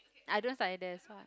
I don't study there so I